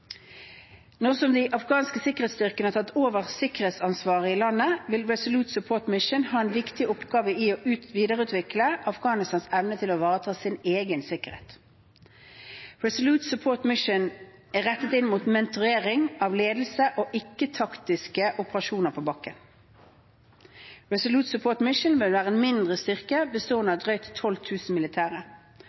Nå som de afghanske sikkerhetsstyrkene har tatt over sikkerhetsansvaret i landet, vil Resolute Support Mission ha en viktig oppgave i å videreutvikle Afghanistans evne til å ivareta egen sikkerhet. Resolute Support Mission er rettet inn mot mentorering av ledelse og ikke taktiske operasjoner på bakken. Resolute Support Mission vil være en mindre styrke bestående av drøyt 12 000 militære.